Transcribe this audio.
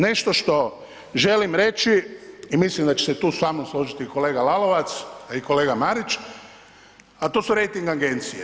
Nešto što želim reći i mislim da će se tu sa mnom složiti kolega Lalovac, ali i kolega Marić, a to su rejting agencije.